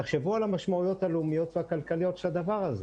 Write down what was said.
תחשבו על המשמעויות הלאומיות והכלכליות של הדבר הזה.